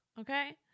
Okay